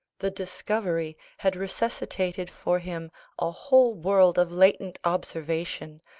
the discovery had resuscitated for him a whole world of latent observation,